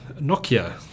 Nokia